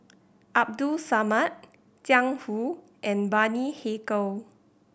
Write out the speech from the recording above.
Abdul Samad Jiang Hu and Bani Haykal